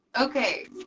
Okay